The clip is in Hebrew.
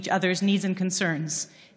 על הקשבה איש לצרכיו ולחששותיו של רעהו,